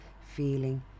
feeling